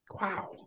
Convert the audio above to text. Wow